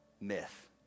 myth